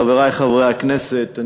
חברי חברי הכנסת,